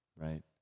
right